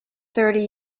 thirty